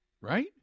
Right